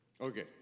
Okay